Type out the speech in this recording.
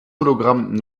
hologramm